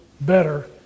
better